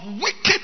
wicked